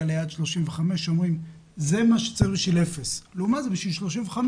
ליעד של 35% מאשר לומר שזה מה שצריך בשביל אפס,